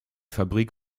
fabrik